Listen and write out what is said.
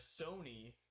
Sony